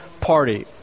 party